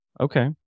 Okay